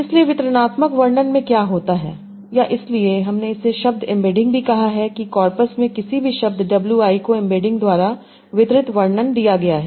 इसलिए वितरणात्मक वर्णन में क्या होता है या इसलिए हमने इसे शब्द एम्बेडिंग भी कहा है कि कॉर्पस में किसी भी शब्द wi को एम्बेडिंग द्वारा वितरित वर्णन दिया है